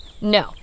No